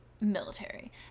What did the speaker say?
military